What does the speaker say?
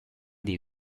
dei